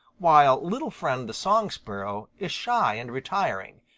while little friend the song sparrow is shy and retiring,